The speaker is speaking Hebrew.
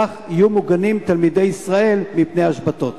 כך יהיו מוגנים תלמידי ישראל מפני השבתות.